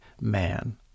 Man